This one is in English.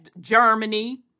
Germany